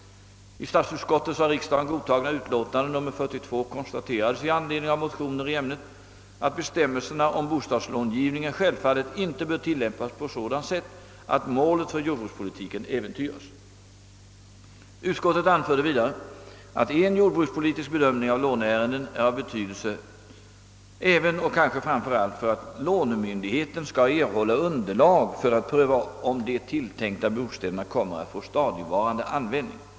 I statsutskottets av riksdagen godtagna utlåtande nr 42 konstaterades i anledning av motioner i ämnet att bestämmelserna om bostadslångivningen självfallet inte bör tilllämpas på sådant sätt, att målet för jordbrukspolitiken äventyras. Utskottet anförde vidare, att en jordbrukspolitisk bedömning av låneärenden är av betydelse även och kanske framför allt för att lånemyndigheten skall erhålla underlag för att pröva om de tilltänkta bostäderna kommer att få stadigvarande användning.